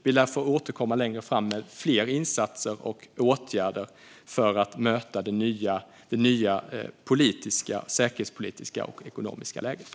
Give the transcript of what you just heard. Vi lär få återkomma längre fram med fler insatser och åtgärder för att möta det nya politiska, säkerhetspolitiska och ekonomiska läget.